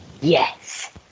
Yes